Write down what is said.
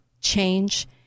change